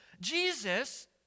jesus